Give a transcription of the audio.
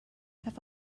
have